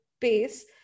pace